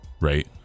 right